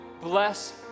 bless